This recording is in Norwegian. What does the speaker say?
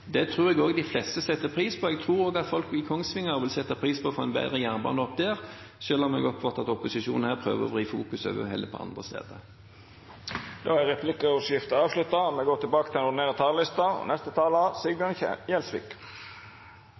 Det tror jeg også de fleste setter pris på. Jeg tror også at folk i Kongsvinger vil sette pris på å få en bedre jernbane opp dit, selv om jeg oppfatter at opposisjonen her prøver å vri fokuset over på andre steder. Replikkordskiftet er avslutta.